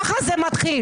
כך זה מתחיל.